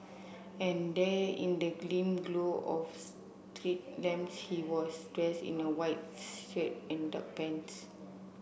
and there in the dim glow of street lamps he was dressed in a white shirt and dark pants